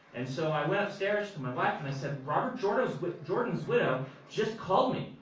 and so i went upstairs to my wife and i said, robert jordan's widow jordan's widow just called me.